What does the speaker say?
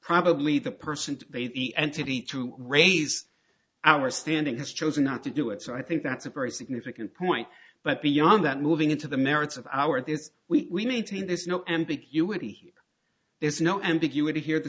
probably the person they the entity to raise our standing has chosen not to do it so i think that's a very significant point but beyond that moving into the merits of our this we need to there's no ambiguity there's no ambiguity here the